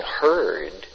heard